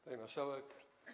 Pani Marszałek!